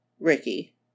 Ricky